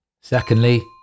Secondly